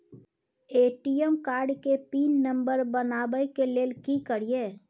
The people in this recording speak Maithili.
ए.टी.एम कार्ड के पिन नंबर बनाबै के लेल की करिए?